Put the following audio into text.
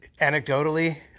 anecdotally